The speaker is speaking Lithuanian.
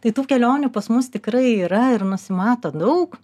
tai tų kelionių pas mus tikrai yra ir nusimato daug